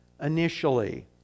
initially